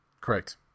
correct